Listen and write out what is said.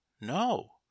No